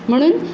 म्हणून